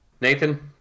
Nathan